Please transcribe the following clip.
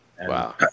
Wow